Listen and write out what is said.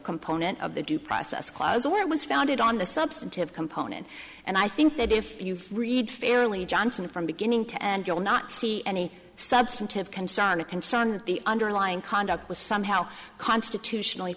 component of the due process clause or it was founded on the substantive component and i think that if you've read fairly johnson from beginning to end you'll not see any substantive concern of concern that the underlying conduct was somehow constitutionally